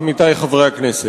עמיתי חברי הכנסת,